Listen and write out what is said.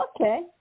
Okay